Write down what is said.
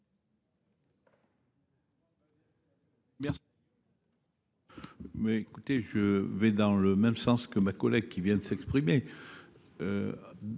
Merci